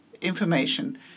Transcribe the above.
information